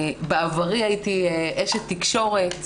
בעברי הייתי אשת תקשורת.